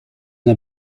una